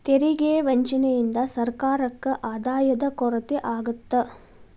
ತೆರಿಗೆ ವಂಚನೆಯಿಂದ ಸರ್ಕಾರಕ್ಕ ಆದಾಯದ ಕೊರತೆ ಆಗತ್ತ